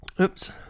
oops